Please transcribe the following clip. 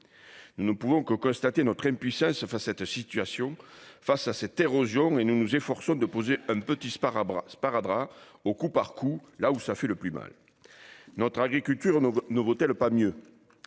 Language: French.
Nous ne pouvons que constater notre impuissance face à cette situation, face à cette érosion, et nous nous efforçons de poser un petit sparadrap au coup par coup là où cela fait le plus mal. Notre agriculture ne vaut-elle pas mieux ?